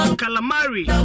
calamari